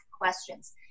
questions